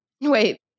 wait